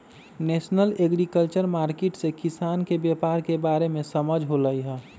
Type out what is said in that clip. national agriculture market से किसान के व्यापार के बारे में समझ होलई ह